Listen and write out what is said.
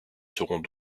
seront